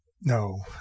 no